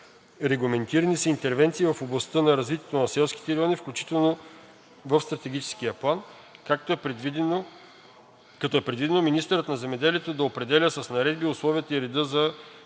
Регламентирани са интервенциите в областта на развитието на селските райони, включени в Стратегическия план, като е предвидено министърът на земеделието да определя с наредби условията и реда за